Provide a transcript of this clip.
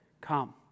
come